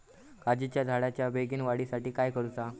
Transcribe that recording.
काजीच्या झाडाच्या बेगीन वाढी साठी काय करूचा?